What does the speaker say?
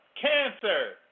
Cancer